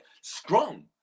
strong